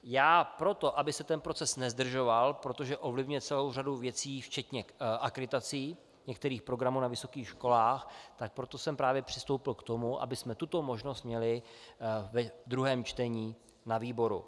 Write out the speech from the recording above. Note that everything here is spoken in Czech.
Já proto, aby se ten proces nezdržoval, protože ovlivňuje celou řadu věcí včetně akreditací některých programů na vysokých školách, proto jsem právě přistoupil k tomu, abychom tuto možnost měli ve druhém čtení na výboru.